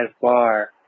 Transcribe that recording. far